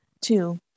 Two